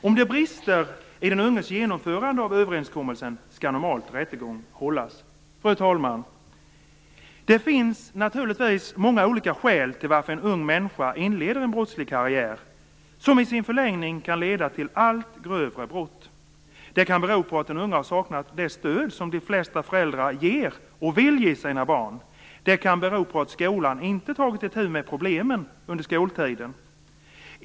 Om det brister i den unges genomförande av överenskommelsen skall rättegång normalt hållas. Fru talman! Det finns naturligtvis många olika skäl till varför en ung människa inleder en brottslig karriär som i sin förlängning kan leda till allt grövre brott. Det kan bero på att den unge har saknat det stöd som de flesta föräldrar ger och vill ge sina barn. Det kan bero på att skolan inte har tagit itu med problemen under skoltiden.